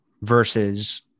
versus